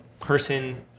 person